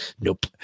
nope